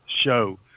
show